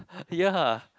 ya